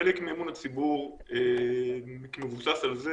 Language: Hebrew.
חלק מאמון הציבור בכלי של השב"כ מבוסס על זה